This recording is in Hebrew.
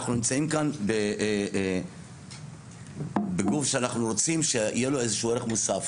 אנחנו נמצאים כאן בגוף שאנחנו רוצים שיהיה לו איזשהו ערך מוסף.